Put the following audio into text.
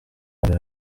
mbere